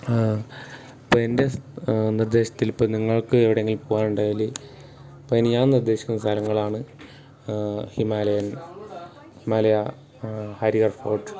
ഇപ്പോൾ എൻ്റെ നിർദ്ദേശത്തിൽ ഇപ്പോൾ നിങ്ങൾക്ക് എവിടെയെങ്കിലും പോവാനുണ്ടായാൽ അപ്പോൾ അതിനു ഞാൻ നിർദ്ദേശിക്കുന്ന സ്ഥലങ്ങളാണ് ഹിമാലയൻ ഹിമാലയ ഹരിഗർ ഫോർട്ട്